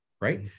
Right